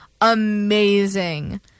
amazing